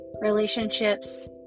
relationships